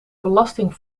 belasting